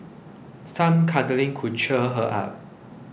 some cuddling could cheer her up